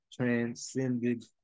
transcended